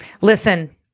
Listen